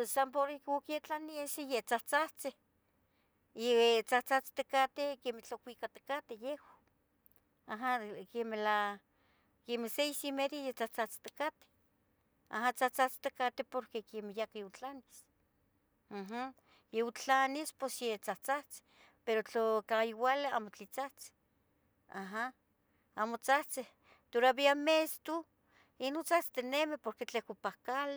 Po- pos nochi cateh inteligentes porqui pos yehua tla, chichimeh tlaixohtiah, mestu maquicua quimichi para para para ma itlah maquicua, porqui cua quicatqui quiquimichti quicua tlaoleh, quibica tlaoleh, quiquixtia tlaoleh, quicu quicua tlu itlah comida, cuali quicuah, tlaxcali, yetzintli tli mocu ipa plotoh ino quicuas quimecheh, xitomatl quibica, chili quibica, pero tlu ompacah mestu amo amo itlah quimichih itlah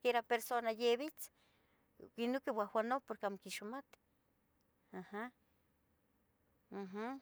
cuica como siempre, aha.